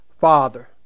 Father